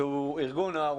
שהוא ארגון נוער,